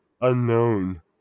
unknown